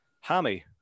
Hammy